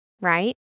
right